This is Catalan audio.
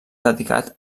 dedicat